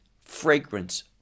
fragrance